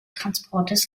transportes